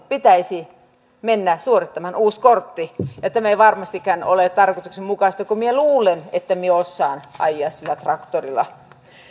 pitäisi mennä suorittamaan uusi kortti ja tämä ei varmastikaan ole tarkoituksenmukaista kun minä luulen että minä osaan ajaa sillä traktorilla